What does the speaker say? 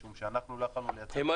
משום שאנחנו לא יכולנו לייצר --- פשוט,